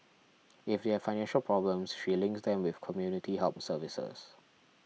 if they have financial problems she links them with community help services